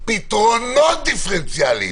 על פתרונות דיפרנציאליים,